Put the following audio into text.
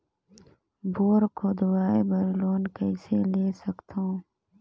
Bore खोदवाय बर loan कइसे ले सकथव?